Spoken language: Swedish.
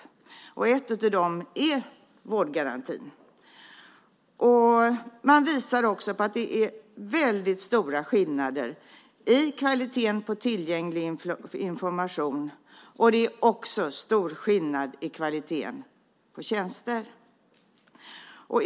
Ett av dessa områden är vårdgarantin. Man visar också att det är väldigt stora skillnader i kvaliteten på tillgänglig information, och det är också stor skillnad i kvaliteten på tjänster.